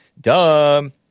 Dumb